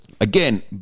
again